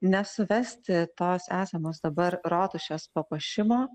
nesuvesti tos esamos dabar rotušės papuošimo